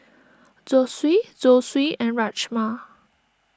Zosui Zosui and Rajma